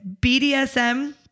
BDSM